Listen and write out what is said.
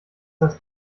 das